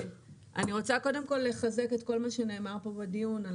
אני רוצה קודם כל לחזק את כל מה שנאמר פה בדיון על